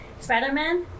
Spider-Man